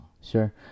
Sure